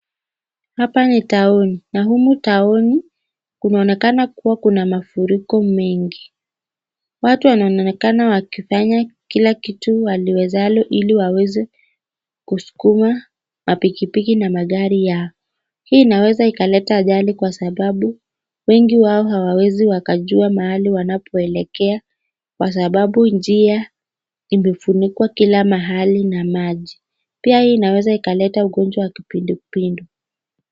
Hapa ni taoni na humu taoni kunaonekana kuwa kuna mafuriko mengi. Watu wanaonekana wakifanya kila kitu waliwezalo ili waweze kusukuma pikipiki na magari yao. Hii inaweza ikaleta ajali kwa sababu wengi wao hawawezi wakajua mahali wanapo elekea kwa sababu njia imefunikwa kila mahali na maji. Pia hii inaweza ikaleta ugonjwa wa kipindupindu.